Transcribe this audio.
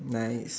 like